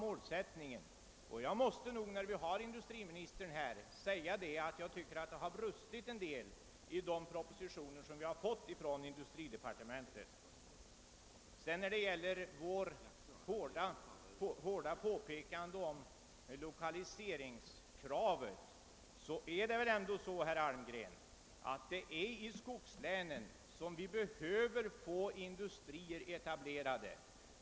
Eftersom vi nu har industriministern här måste jag säga honom, att det har brustit en del i fråga om information i de propositioner som vi har fått från industridepartementet. Vad beträffar vårt kraftiga understrykande av lokaliseringskravet är det väl ändå så, herr Almgren, att det är i skogslänen som vi behöver få industrier etablerade.